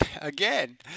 again